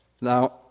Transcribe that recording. now